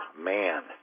man